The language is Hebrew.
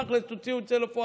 תכל'ס, תוציאו את זה לפועל.